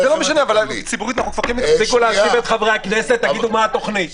תפסיקו להאשים את חברי הכנסת ותגידו מה התוכנית.